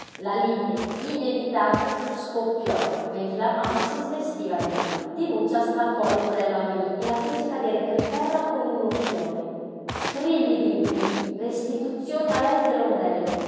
la lite inevitabile scoppiò mentre la mamma si svestiva di là dinuccia strappò l'ombrello a mimí e la fece cadere per terra con un urtone strilli di mimí restituzione a lei